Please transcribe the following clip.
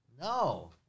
No